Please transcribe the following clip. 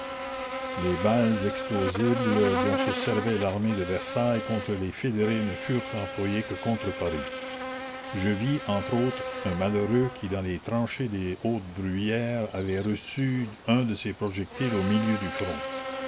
les balles explosibles dont se servait l'armée de versailles contre les fédérés ne furent employées que contre paris je vis entre autres un malheureux qui dans les tranchées des hautes bruyères avait reçu un de ces projectiles au milieu du front